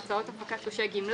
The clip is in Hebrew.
כמו הוצאות הפקת תלושי גימלה,